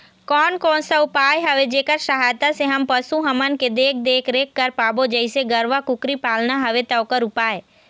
कोन कौन सा उपाय हवे जेकर सहायता से हम पशु हमन के देख देख रेख कर पाबो जैसे गरवा कुकरी पालना हवे ता ओकर उपाय?